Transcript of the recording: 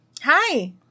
Hi